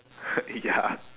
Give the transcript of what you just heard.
ya